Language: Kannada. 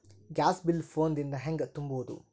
ಗ್ಯಾಸ್ ಬಿಲ್ ಫೋನ್ ದಿಂದ ಹ್ಯಾಂಗ ತುಂಬುವುದು?